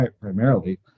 primarily